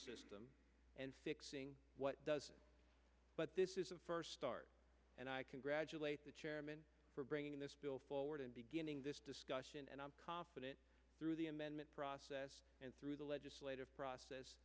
system and fixing what doesn't but this is a first start and i congratulate the chairman for bringing this bill forward and beginning this discussion and i'm confident through the amendment process and through the legislative process